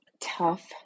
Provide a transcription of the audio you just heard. tough